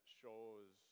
shows